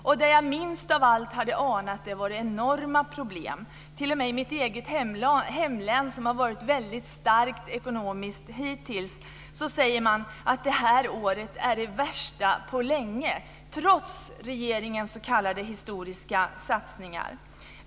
Också där jag minst av allt hade anat det var det enorma problem. T.o.m. i mitt eget hemlän, som hittills varit väldigt starkt ekonomiskt, säger man att det här året är det värsta på länge - trots regeringens s.k. historiska satsningar.